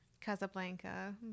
Casablanca